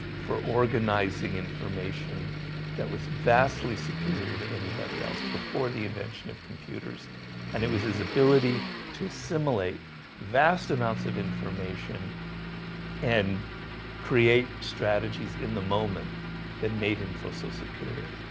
for organizing information that was vastly superior to anybody else before the invention of computers and it was his ability to assimilate vast amounts of information and create strategies in the moment that made him feel so superior.